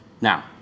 Now